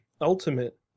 Ultimate